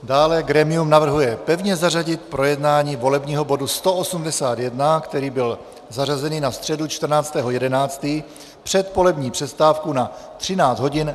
Dále grémium navrhuje pevně zařadit projednání volebního bodu 181, který byl zařazený na středu 14. 11., před polední přestávku na 13.10 hodin.